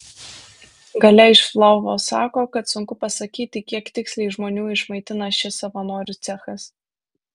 galia iš lvovo sako kad sunku pasakyti kiek tiksliai žmonių išmaitina šis savanorių cechas